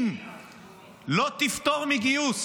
אם לא תפטור מגיוס